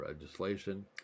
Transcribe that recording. legislation